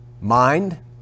mind